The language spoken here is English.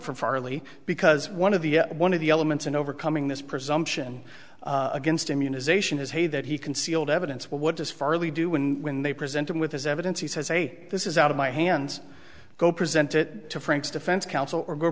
for farley because one of the one of the elements in overcoming this presumption against immunization is he that he concealed evidence what does farley do when when they present him with his evidence he says hey this is out of my hands go present it to frank's defense counsel